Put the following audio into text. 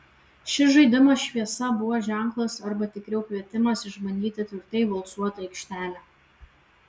šis žaidimas šviesa buvo ženklas arba tikriau kvietimas išbandyti tvirtai valcuotą aikštelę